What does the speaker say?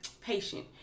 patient